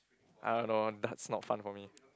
I don't know dart's not fun for me